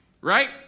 Right